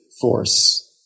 force